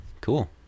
cool